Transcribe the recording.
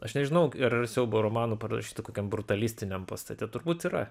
aš nežinau ar siaubo romanų parašytų kokiam brutalistiniam pastate turbūt yra